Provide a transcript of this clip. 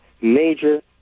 major